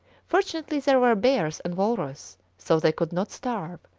fortunately there were bears and walrus, so they could not starve,